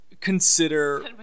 consider